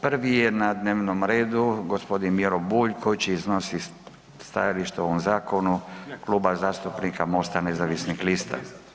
Prvi je na dnevnom radu gospodin Miro Bulj koji će iznositi stajalište o ovom zakonu Kluba zastupnika Mosta nezavisnih lista.